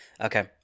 Okay